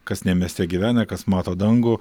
kas ne mieste gyvena kas mato dangų